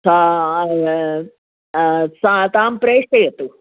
सा सा तां प्रेषयतु